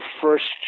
first